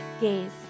gaze